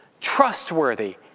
trustworthy